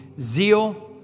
zeal